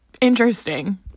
interesting